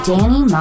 Danny